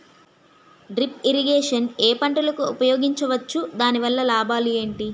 Drip irrigation ఏ పంటలకు ఉపయోగించవచ్చు? దాని వల్ల లాభాలు ఏంటి?